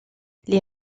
les